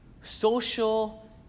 social